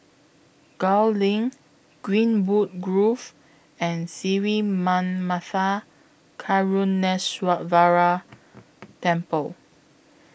Gul LINK Greenwood Grove and Sri Manmatha Karuneshvarar Temple